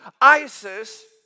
ISIS